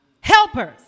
Helpers